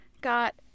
got